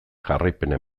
jarraipena